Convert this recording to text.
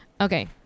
Okay